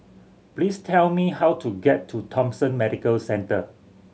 please tell me how to get to Thomson Medical Centre